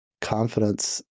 confidence